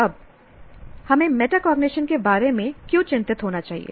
अब हमें मेटाकॉग्निशन के बारे में क्यों चिंतित होना चाहिए